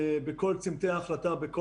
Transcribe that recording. זה בתיאום וזה מוכר וזה בסדר.